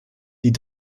die